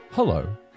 Hello